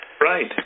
Right